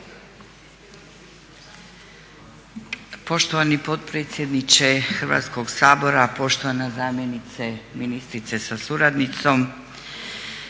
Poštovani potpredsjedniče Hrvatskog sabora, poštovana zamjenice ministrice sa suradnicom.